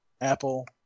apple